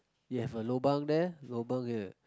you have a lobang there lobang ya